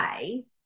ways